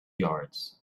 yards